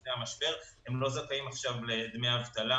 לפני המשבר לא זכאים עכשיו לדמי אבטלה,